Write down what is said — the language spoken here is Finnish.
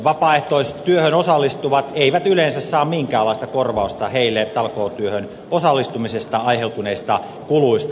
vapaaehtoistyöhön osallistuvat eivät yleensä saa minkäänlaista korvausta heille talkootyöhön osallistumisesta aiheutuneista kuluista